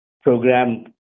program